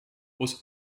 was